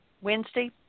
Wednesday